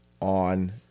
on